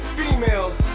females